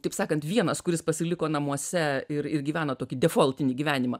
taip sakant vienas kuris pasiliko namuose ir ir gyvena tokį defoltinį gyvenimą